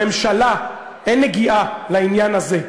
לממשלה אין נגיעה לעניין הזה.